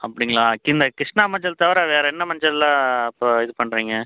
அப்படிங்களா கின்ன கிருஷ்ணா மஞ்சள் தவிர வேறு என்ன மஞ்சள் எல்லாம் இப்போ இது பண்ணுறிங்க